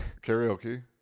Karaoke